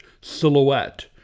silhouette